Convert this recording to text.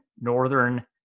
northern